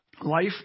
Life